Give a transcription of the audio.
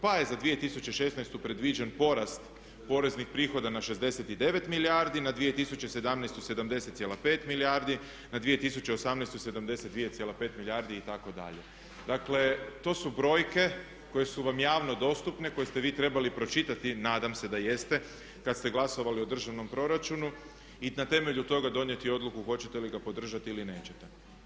Pa je za 2016.predviđen porast poreznih prihoda na 69 milijardi, na 2017. 77,5 milijardi, na 2018. 72,5 milijardi itd. dakle, to su brojke koje su vam javno dostupne, koje ste vi trebali pročitati, nadam ste da jeste kad ste glasovali o državnom proračunu i na temelju toga donijeti odluku hoćete li ga podržati ili nećete.